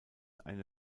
eine